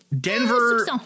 Denver